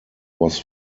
was